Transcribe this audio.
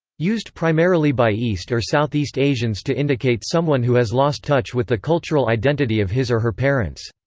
used primarily by east or southeast asians to indicate someone who has lost touch with the cultural identity of his or her parents.